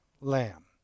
lamb